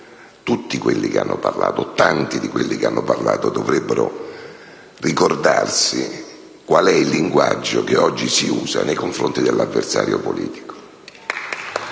credo che tutti o tanti di quelli che hanno parlato dovrebbero ricordarsi qual è il linguaggio che oggi si usa nei confronti dell'avversario politico.